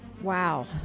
Wow